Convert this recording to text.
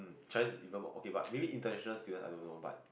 Chinese is even more okay but maybe international students I don't know but